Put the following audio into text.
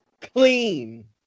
Clean